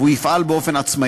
שעשה עבודה אדירה,